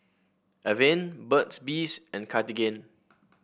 Avene Burt's Bees and Cartigain